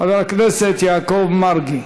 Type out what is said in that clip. חבר הכנסת יעקב מרגי.